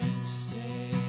stay